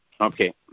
Okay